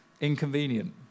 inconvenient